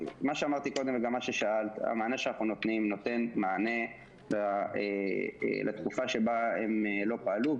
וגם מה ששאלת המענה שאנחנו נותנים נותן מענה לתקופה שבה הם לא פעלו,